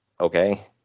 okay